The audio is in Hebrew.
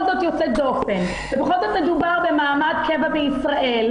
זאת יוצאת דופן ובכל זאת מדובר במעמד קבע בישראל,